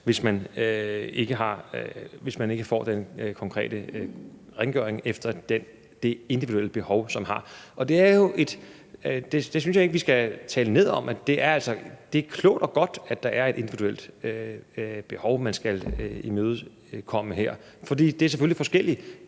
hvis man ikke får den konkrete rengøring efter det individuelle behov, man har. Det synes jeg ikke at vi skal tale ned. Det er klogt og godt, at der er et individuelt behov, man skal imødekomme her, for det er selvfølgelig forskelligt,